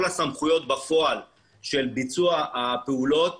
כל הסמכויות בפועל של ביצוע הפעולות